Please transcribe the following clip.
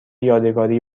یادگاری